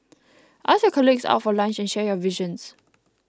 ask your colleagues out for lunch and share your visions